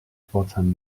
pforzheim